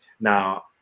Now